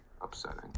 upsetting